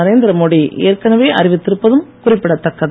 நரேந்திர மோடி ஏற்கனவே அறிவித்திருப்பதும் குறிப்பித்தக்கது